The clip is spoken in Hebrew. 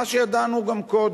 זה מה שידענו גם קודם,